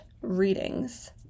readings